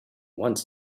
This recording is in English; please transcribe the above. wants